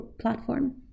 platform